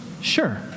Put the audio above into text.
Sure